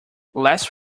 last